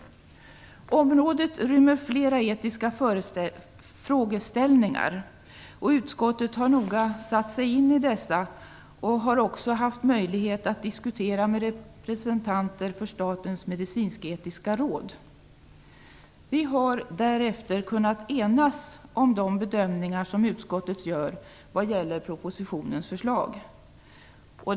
Området rymmer flera etiska frågeställningar. Utskottet har noga satt sig in i dessa och också haft möjlighet att diskutera med representanter för Statens medicinsk-etiska råd. Vi har därefter kunnat enas om de bedömningar som utskottet gör vad gäller propositionens förslag.